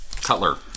Cutler